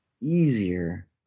Easier